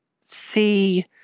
see